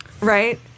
right